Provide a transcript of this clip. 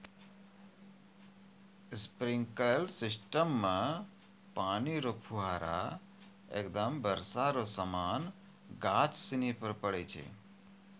sprinkler system मे पानी रो फुहारा एकदम बर्षा के समान गाछ सनि पर पड़ै छै